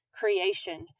creation